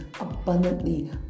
abundantly